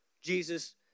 Jesus